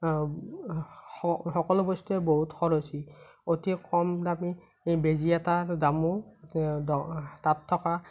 সকলো বস্তুৱে বহুত খৰচী অতি কম দামী বেজি এটাৰ দামো তাত থকা